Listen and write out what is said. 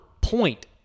point